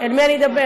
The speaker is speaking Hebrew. אל מי אני אדבר?